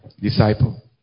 disciple